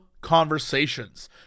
conversations